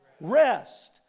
Rest